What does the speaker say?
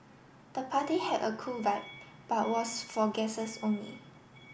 the party had a cool vibe but was for guesses only